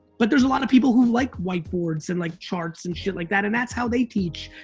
but there's a lot of people who like whiteboards, and like charts, and shit like that, and that's how they teach.